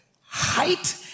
height